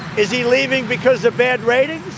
is he leaving because of bad ratings.